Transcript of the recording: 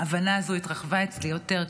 שההבנה הזו התרחבה אצלי יותר היום,